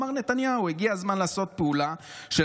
אמר נתניהו: הגיע הזמן לעשות פעולה של